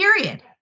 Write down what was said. Period